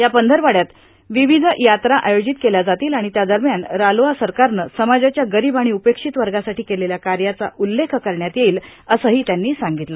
या पंधरवड्यात विविध यात्रा आयोजित केल्या जातील आणि त्या दरम्यान रालोआ सरकारनं समाजाच्या गरीब आणि उपेक्षित वर्गासाठी केलेल्या कार्याचा उल्लेख करण्यात येईल असंही त्यांनी सांगितलं